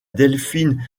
delphine